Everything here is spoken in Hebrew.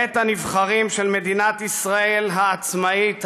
בית הנבחרים של מדינת ישראל העצמאית,